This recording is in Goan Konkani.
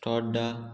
तोड्डा